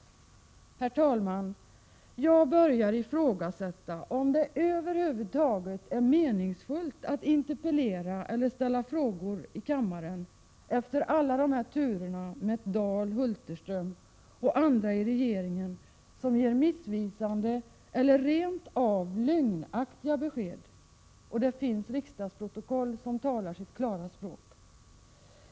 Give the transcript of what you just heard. Efter alla de här turerna med Birgitta Dahl, Sven Hulterström och andra i regeringen som ger missvisande eller rent av lögnaktiga besked, börjar jag fråga mig om det över huvud taget är meningsfullt att interpellera eller ställa frågor i kammaren. Det finns riksdagsprotokoll som talar sitt klara språk.